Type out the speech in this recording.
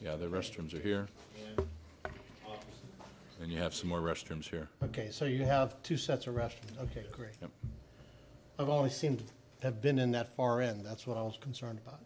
know the restrooms are here and you have some more restrooms here ok so you have two sets of russian ok great i've always seem to have been in that far end that's what i was concerned about